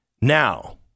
Now